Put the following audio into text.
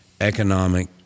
economic